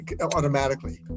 automatically